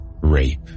rape